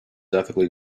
ethically